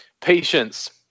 Patience